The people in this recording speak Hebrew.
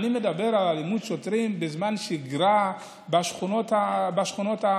אני מדבר על אלימות שוטרים בזמן שגרה בשכונות המוחלשות.